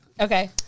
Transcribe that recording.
Okay